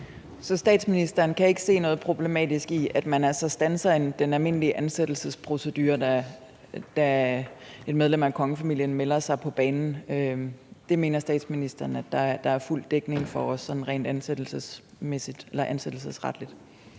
Så statsministeren kan ikke se noget problematisk i, at man altså standser den almindelige ansættelsesprocedure, da et medlem af kongefamilien melder sig på banen. Det mener statsministeren der er fuld dækning for, også sådan rent ansættelsesretligt?